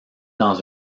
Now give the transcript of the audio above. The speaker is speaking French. dans